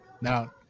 now